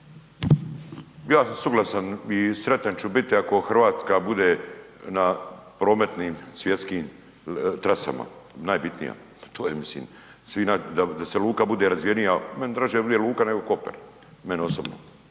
Ja sam suglasan i sretan ću biti ako Hrvatska bude na prometnim svjetskim trasama najbitnija, da luka bude razvijenija. Meni je draže da bude luka nego Kopar, meni osobno.